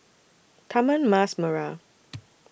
Taman Mas Merah